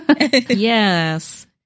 Yes